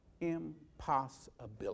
impossibility